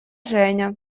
женя